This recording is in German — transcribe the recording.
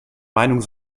meinung